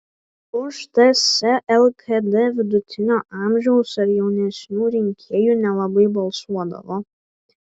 už ts lkd vidutinio amžiaus ar jaunesnių rinkėjų nelabai balsuodavo